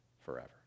forever